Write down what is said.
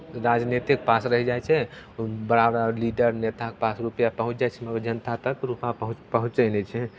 राजनेतेके पास रहि जाइ छै ओ बड़ा बड़ा लीडर नेताके पास रुपैआ पहुँचि जाइ छै मगर जनता तक रुपैआ पहुँ पहुँचैत नहि छै